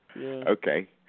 Okay